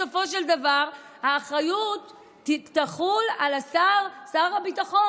תחול בסופו של דבר על שר הביטחון,